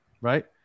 right